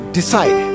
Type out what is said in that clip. decide